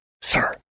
Sir